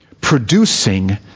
producing